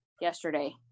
yesterday